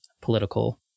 political